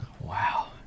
Wow